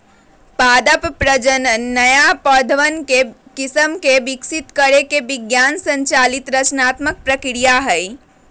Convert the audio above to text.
पादप प्रजनन नया पौधवन के किस्म के विकसित करे के विज्ञान संचालित रचनात्मक प्रक्रिया हई